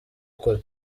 kure